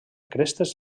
crestes